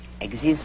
exists